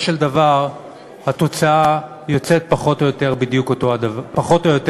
של דבר התוצאה יוצאת פחות או יותר אותו דבר.